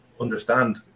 understand